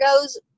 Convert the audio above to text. goes